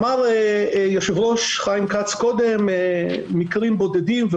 אמר היו"ר חיים כץ קודם שיש מקרים בודדים.